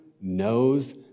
knows